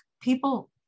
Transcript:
people